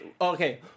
Okay